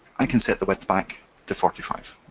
i can set the width back to forty five.